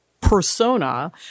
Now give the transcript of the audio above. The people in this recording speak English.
persona